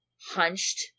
hunched